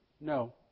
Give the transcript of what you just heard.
no